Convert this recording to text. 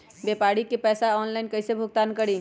व्यापारी के पैसा ऑनलाइन कईसे भुगतान करी?